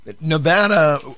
Nevada